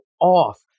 off